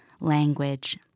language